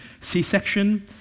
C-section